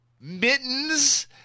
Mittens